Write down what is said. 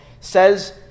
says